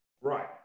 Right